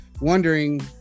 wondering